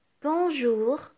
bonjour